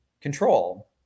control